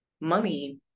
money